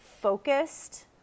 focused